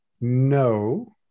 no